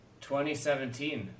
2017